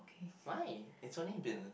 why it's only been